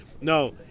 No